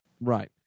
right